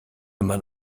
man